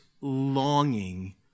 longing